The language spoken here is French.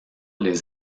les